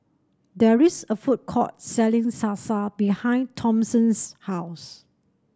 there is a food court selling Salsa behind Thompson's house